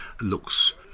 looks